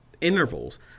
intervals